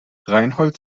reinhold